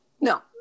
No